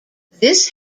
this